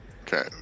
Okay